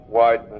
weidman